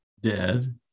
dead